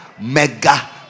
Mega